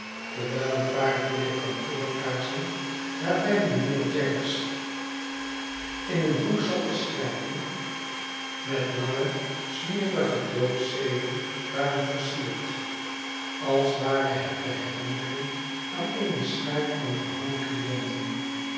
terwijl een paar dikke kantoorkaarsen waarbij mijnheer jaggers in een hoek zat te schrijven metlange smerige doodceelen waren versierd als ware het ter herinnering aan eene schaar van gehangen clienten